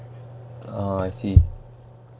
uh I see